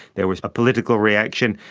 there was a political reaction.